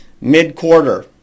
mid-quarter